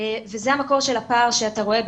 וזה המקור של הפער שאתה רואה,